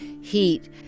heat